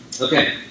Okay